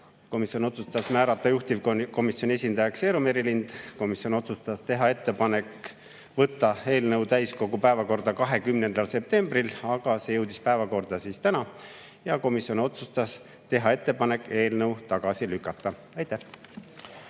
Komisjon otsustas määrata juhtivkomisjoni esindajaks Eero Merilindi. Komisjon otsustas teha ettepaneku võtta eelnõu täiskogu päevakorda 20. septembril, aga see jõudis päevakorda täna. Komisjon otsustas teha ettepaneku eelnõu tagasi lükata. Aitäh!